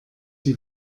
die